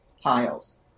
piles